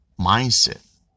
mindset